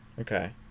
Okay